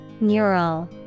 Neural